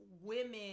women